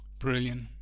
brilliant